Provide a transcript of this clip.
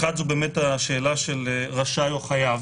אחת, השאלה של רשאי או חייב.